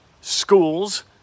schools